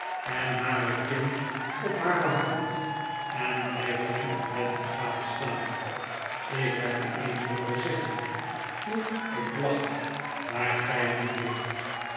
en hare kin op hare hand en blyft hem oplettend gadeslaan ik heb u eens hooren zeggen toen ik lag waar gij nu ligt